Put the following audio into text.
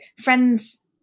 friends